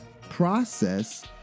process